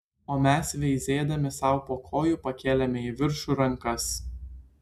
o mes veizėdami sau po kojų pakėlėme į viršų rankas